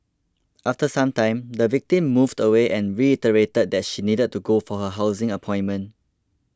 after some time the victim moved away and reiterated that she needed to go for her housing appointment